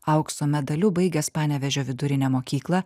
aukso medaliu baigęs panevėžio vidurinę mokyklą